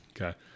Okay